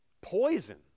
poison